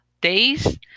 days